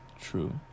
True